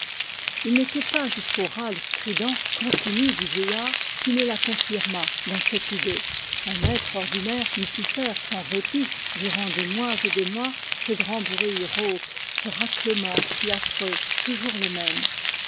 il n'était pas jusqu'au râle strident continu du vieillard qui ne la confirmât dans cette idée un être ordinaire n'eût pu faire sans répit durant des mois et des mois ce grand bruit rauque ce raclement si affreux toujours le même